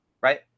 Right